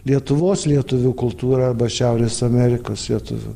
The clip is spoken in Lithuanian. lietuvos lietuvių kultūra arba šiaurės amerikos lietuvių